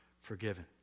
forgiven